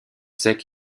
secs